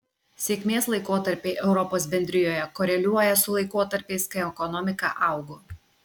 sėkmės laikotarpiai europos bendrijoje koreliuoja su laikotarpiais kai ekonomika augo